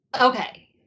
Okay